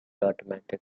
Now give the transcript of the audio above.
automatic